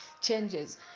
changes